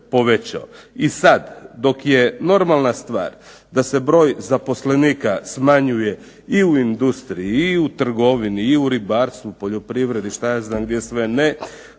I sad dok je normalna stvar da se broj zaposlenika smanjuje i u industriji i u trgovini i u ribarstvu, poljoprivredi, gdje sve ne,